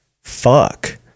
fuck